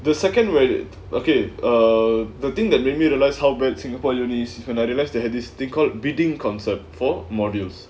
the second wedded okay err the thing that made me realise how bad singapore university is and I realise they had this thing called bidding concept for modules